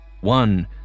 One